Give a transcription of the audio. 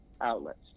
outlets